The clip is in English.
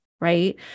right